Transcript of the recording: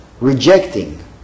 rejecting